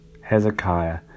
Hezekiah